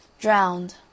drowned